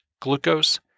glucose